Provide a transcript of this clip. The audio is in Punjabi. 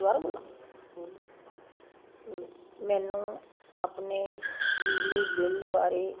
ਮੈਨੂੰ ਆਪਣੇ ਬਿਜਲੀ ਬਿੱਲ ਬਾਰੇ